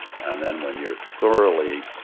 and then when you're thoroughly